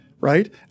right